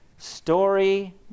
Story